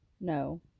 No